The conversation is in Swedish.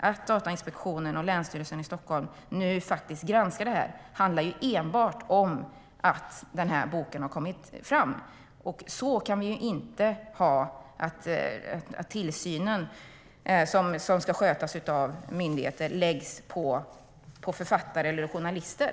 Att Datainspektionen och Länsstyrelsen i Stockholm nu faktiskt granskar det här handlar enbart om att boken har kommit ut. Så kan vi inte ha det, alltså att den tillsyn som ska skötas av myndigheter läggs på författare eller journalister.